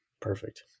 Perfect